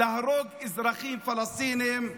להרוג אזרחים פלסטינים.